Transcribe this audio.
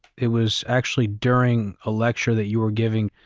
it was actually during a lecture that you were giving.